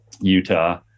Utah